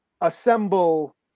assemble